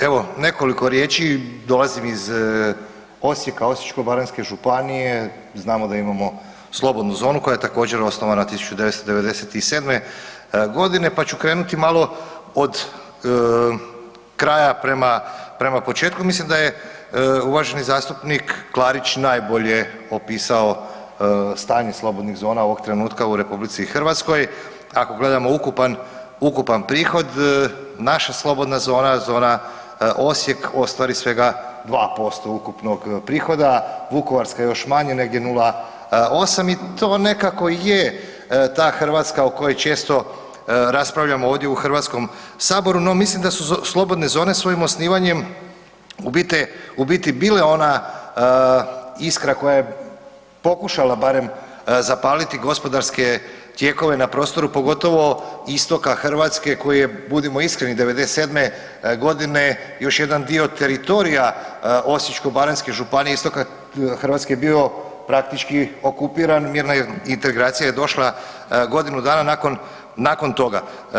Evo, nekoliko riječi, dolazim iz Osijeka, Osječko-baranjske županije, znamo da imamo slobodnu zonu koja je također, osnovana 1997. g. pa ću krenuti malo od kraja prema početku, mislim da je uvaženi zastupnik Klarić najbolje opisao stanje slobodnih zona ovog trenutka u RH, ako gledamo ukupan prihod, naša slobodna zona, zona Osijek ostvari svega 2% ukupnog prihoda, vukovarska još manje, negdje 0,8 i to nekako je ta Hrvatska o kojoj često raspravljamo ovdje u HS-u no mislim da su slobodne zone svojim osnivanjem u biti bila ona iskra koja je pokušala barem zapaliti gospodarske tijekove na prostoru, pogotovo istoka Hrvatske koji je, budimo iskreni i '97. g. još jedan dio teritorija Osječko-baranjske županije, istoka Hrvatske je bio praktički okupiran, mirna reintegracija je došla godinu dana nakon toga.